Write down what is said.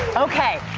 okay.